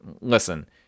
Listen